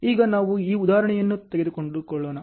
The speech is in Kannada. ಈಗ ನಾವು ಈ ಉದಾಹರಣೆಯನ್ನು ತೆಗೆದುಕೊಳ್ಳೋಣ